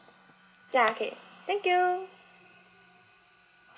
ya okay thank you